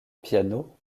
piano